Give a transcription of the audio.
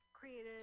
Created